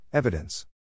Evidence